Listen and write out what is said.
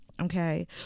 Okay